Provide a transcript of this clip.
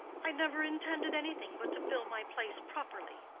i never intended anything but to fill my place properly,